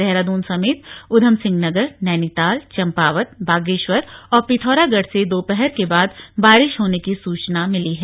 देहरादून सहित उधम सिहं नगर नैनीताल चम्पावत बागेश्वर और पिथौरागढ़ से दोपहर के बाद बारिश होने की सूचना मिली है